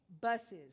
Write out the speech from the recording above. buses